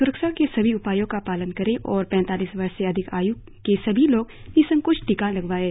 स्रक्षा के सभी उपायों का पालन करें और पैतालीस वर्ष से अधिक आयु के सभी लोग निसंकोच टीका लगवाएं